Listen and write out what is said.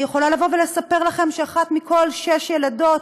אני יכולה לספר לכם שאחת מכל שש ילדות,